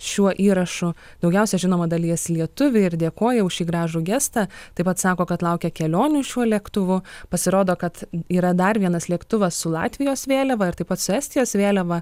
šiuo įrašu daugiausia žinoma dalijasi lietuviai ir dėkoja už šį gražų gestą taip pat sako kad laukia kelionių šiuo lėktuvu pasirodo kad yra dar vienas lėktuvas su latvijos vėliava ir taip pat su estijos vėliava